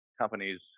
companies